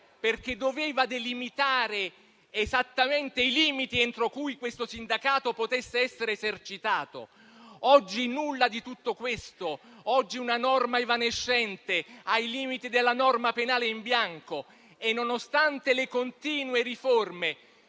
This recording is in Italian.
perché doveva delimitare esattamente i limiti entro cui questo sindacato potesse essere esercitato. Oggi non c'è nulla di tutto questo; oggi è una norma evanescente, ai limiti della norma penale in bianco. Nonostante le continue riforme